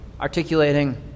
articulating